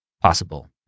possible